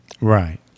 Right